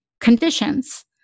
conditions